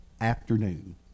afternoon